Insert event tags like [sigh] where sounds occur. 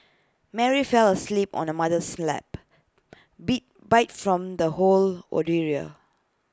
Mary fell asleep on her mother's lap [noise] beat bite from the whole [unintelligible]